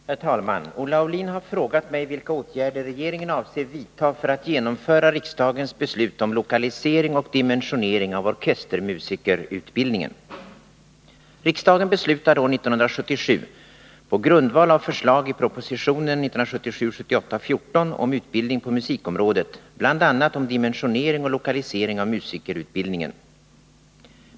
Herr talman! Olle Aulin har frågat mig vilka åtgärder regeringen avser vidta för att genomföra riksdagens beslut om lokalisering och dimensionering av orkestermusikerutbildningen. Riksdagen beslutade år 1977, på grundval av förslag i proposition 1977/78:14 om utbildning på musikområdet, bl.a. om dimensionering och lokalisering av musikerutbildningen.